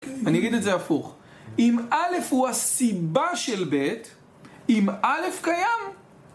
אני אגיד את זה הפוך אם א' הוא הסיבה של ב' אם א' קיים